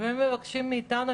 והם מבקשים מאיתנו,